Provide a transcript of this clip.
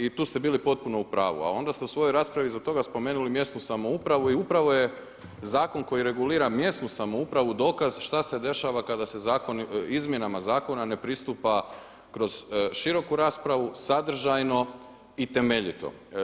I tu ste bili potpuno u pravu a onda ste sa svojoj raspravi iza toga spomenuli mjesnu samoupravu i upravo je zakon koji regulira mjesnu samoupravu dokaz šta se dešava kada se izmjenama zakona ne pristupa kroz široku raspravu, sadržajno i temeljito.